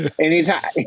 anytime